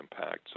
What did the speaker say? impact